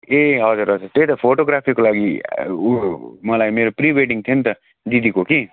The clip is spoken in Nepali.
ए हजुर हजुर त्यही त फोटोग्राफीको लागि ऊ मलाई मेरो प्रिवेडिङ थियो नि त दिदीको कि